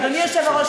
אדוני היושב-ראש,